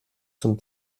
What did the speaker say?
zum